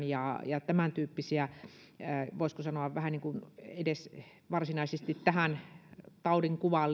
ja ja tämäntyyppiset voisiko sanoa ei edes varsinaisesti tähän taudinkuvaan